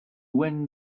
wind